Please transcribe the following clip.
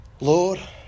Lord